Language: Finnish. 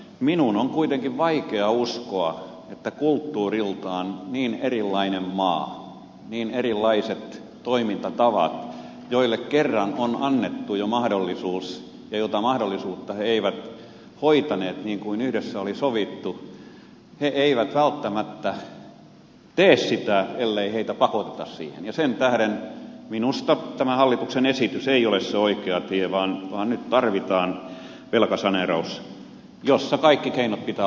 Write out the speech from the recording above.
minun on kuitenkin vaikea uskoa että kulttuuriltaan niin erilainen maa niin erilaiset toimintatavat joille kerran on annettu jo mahdollisuus jota se ei hoitanut niin kuin yhdessä oli sovittu välttämättä tekisi sen ellei sitä pakoteta siihen ja sen tähden minusta tämä hallituksen esitys ei ole se oikea tie vaan nyt tarvitaan velkasaneeraus jossa kaikkien keinojen pitää olla mahdollisia